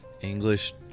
English